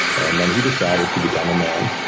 and then he decided to become a man.